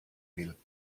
will